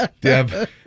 Deb